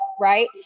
right